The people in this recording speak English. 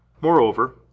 Moreover